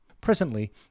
Presently